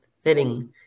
Fitting